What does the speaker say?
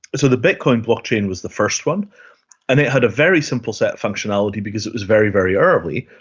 so the bitcoin blockchain was the first one and it had a very simple set functionality because it was very, very early.